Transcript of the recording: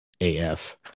AF